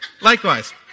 likewise